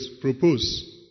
propose